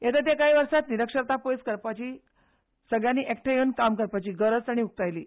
येता त्या कांय वर्सांत निरीक्षरताय पयस करपाक सगल्यांनी एकठांय येवन काम करपाची गरज तांणी उक्तायली